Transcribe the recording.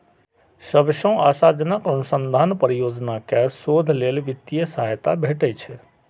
सबसं आशाजनक अनुसंधान परियोजना कें शोध लेल वित्तीय सहायता भेटै छै